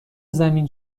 زمین